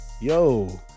Yo